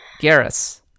Garrus